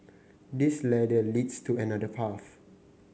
this ladder leads to another path